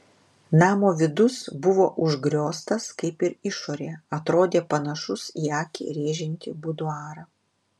namo vidus buvo užgrioztas kaip ir išorė atrodė panašus į akį rėžiantį buduarą